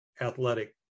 athletic